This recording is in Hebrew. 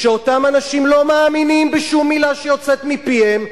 כשאותם אנשים לא מאמינים בשום מלה שיוצאת מפיהם,